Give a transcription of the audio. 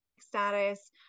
status